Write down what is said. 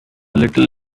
little